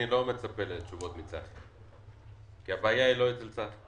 אני לא מצפה לתשובות מצחי כי הבעיה היא לא אצל צחי.